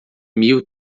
mil